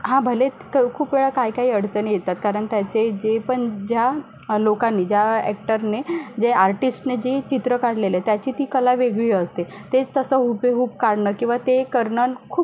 हां भले क खूप वेळा काय काय अडचणी येतात कारण त्याचे जे पण ज्या लोकांनी ज्या ॲक्टरने जे आर्टिस्टने जे चित्र काढलेले त्याची ती कला वेगळी असते ते तसं हुबेहूब काढणं किंवा ते करणं खूप